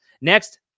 Next